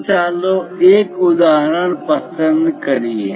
તો ચાલો એક ઉદાહરણ પસંદ કરીએ